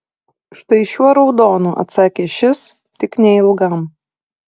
štai šiuo raudonu atsakė šis tik neilgam